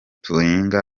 duhinga